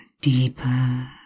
deeper